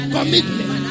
Commitment